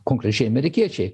konkrečiai amerikiečiai